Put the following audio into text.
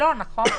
לא, נכון?